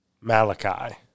Malachi